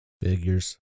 Figures